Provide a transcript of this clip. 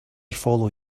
follow